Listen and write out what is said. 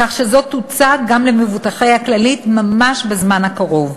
כך שזו תוצע גם למבוטחיה ממש בזמן הקרוב.